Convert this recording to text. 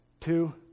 two